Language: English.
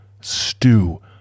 stew